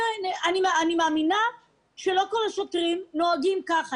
אני מאמינה שלא כל השוטרים נוהגים כך,